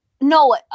No